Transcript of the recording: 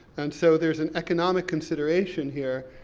and so there's an economic consideration here,